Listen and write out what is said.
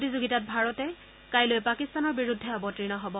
প্ৰতিযোগিতাত ভাৰতে কাইলৈ পাকিস্তানৰ বিৰুদ্ধে অৱতীৰ্ণ হ'ব